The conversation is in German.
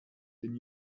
den